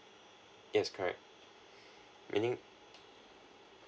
yes correct meaning